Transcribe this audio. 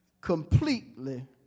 completely